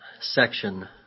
section